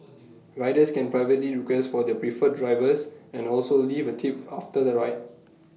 riders can privately request for their preferred drivers and also leave A tip after the ride